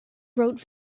wrote